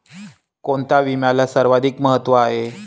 कोणता विम्याला सर्वाधिक महत्व आहे?